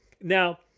now